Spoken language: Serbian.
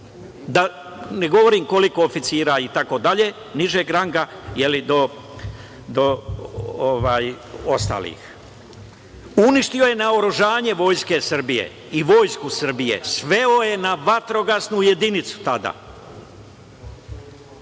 da ne govorim koliko oficira itd. nižeg ranga, do ostalih. Uništio je naoružanje Vojske Srbije i Vojsku Srbije. Sveo je na vatrogasnu jedinicu tada.